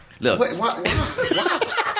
Look